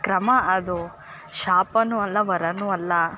ಕ್ರಮ ಅದು ಶಾಪನು ಅಲ್ಲ ವರಾನು ಅಲ್ಲ